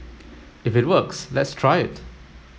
if it works let's try it